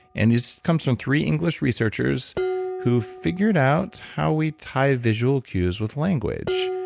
and this comes from three english researchers who figured out how we tie visual cues with language.